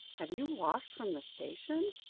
have you walked from the station?